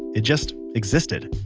it just existed.